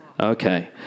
Okay